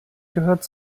gehört